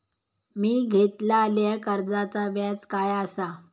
मी घेतलाल्या कर्जाचा व्याज काय आसा?